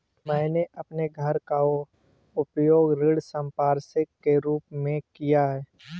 मैंने अपने घर का उपयोग ऋण संपार्श्विक के रूप में किया है